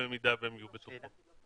במידה והן יהיו בטוחות.